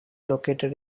located